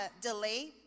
delay